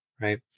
Right